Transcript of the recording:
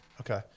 Okay